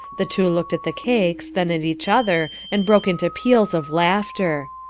the two looked at the cakes, then at each other, and broke into peals of laughter.